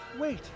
Wait